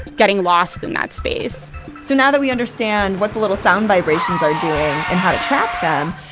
getting lost in that space so now that we understand what the little sound vibrations are doing and how to trap them,